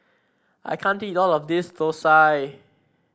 I can't eat all of this thosai